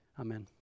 Amen